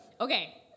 okay